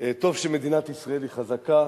טוב שמדינת ישראל חזקה.